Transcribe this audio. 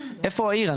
איפה העיר,